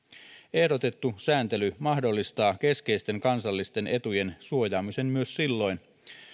ehdotettu sääntely mahdollistaa keskeisten kansallisten etujen suojaamisen myös silloin